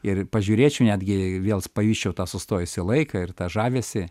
ir pažiūrėčiau netgi vėl spajusčiau tą sustojusį laiką ir tą žavesį